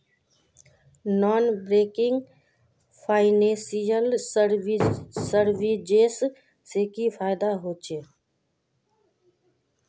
Non banking financial services से की फायदा होचे?